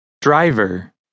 Driver